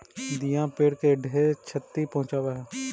दियाँ पेड़ के ढेर छति पहुंचाब हई